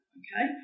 okay